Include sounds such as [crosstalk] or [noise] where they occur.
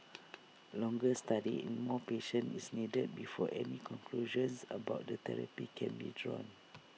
[noise] longer study in more patients is needed before any conclusions about the therapy can be drawn